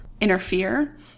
interfere